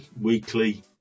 weekly